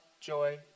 joy